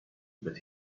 but